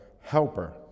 helper